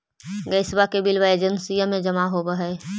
गैसवा के बिलवा एजेंसिया मे जमा होव है?